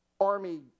army